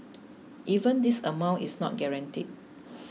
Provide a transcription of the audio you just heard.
even this amount is not guaranteed